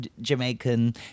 Jamaican